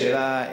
השאלה,